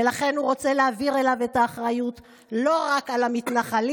ולכן הוא רוצה להעביר אליו את האחריות לא רק על המתנחלים,